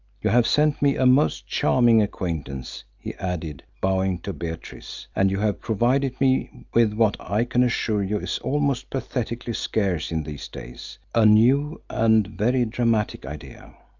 you have sent me a most charming acquaintance, he added, bowing to beatrice, and you have provided me with what i can assure you is almost pathetically scarce in these days a new and very dramatic idea.